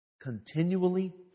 Continually